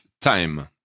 time